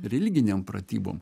religinėm pratybom